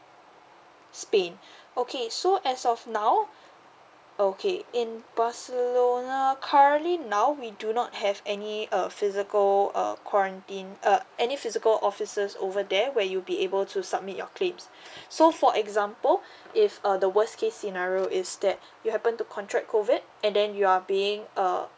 spain okay so as of now okay in barcelona currently now we do not have any uh physical err quarantine uh any physical officers over there where you be able to submit your claims so for example if uh the worst case scenario is that you happen to contract COVID and then you are being uh